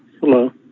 Hello